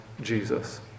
Jesus